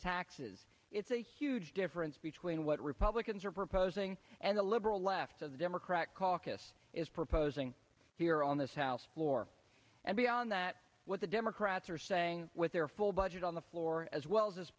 taxes it's a huge difference between what republicans are proposing and the liberal left of the democratic caucus is proposing here on this house floor and beyond that what the democrats are saying with their full budget on the floor as well as us